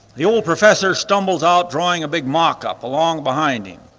the old professor stumbles out drawing a big mock-up along behind him.